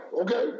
okay